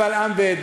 קבל עם ועדה,